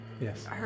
Yes